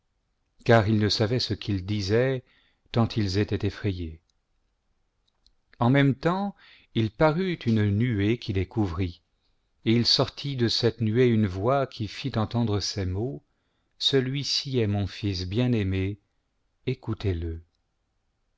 car il ne savait ce qu'il disait tant ils étaeint effrayés en même temps il parut une nuée qui les couvrit et il sortit de cette nuée une voix cj ai fit entendre ces mots geiui ci est mon fils bien-aimé écoutez-le